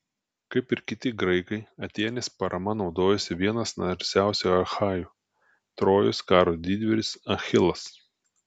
kaip ir kiti graikai atėnės parama naudojosi vienas narsiausių achajų trojos karo didvyris achilas